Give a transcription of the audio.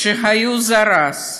היו זרז,